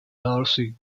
darcy